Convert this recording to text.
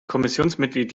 kommissionsmitglied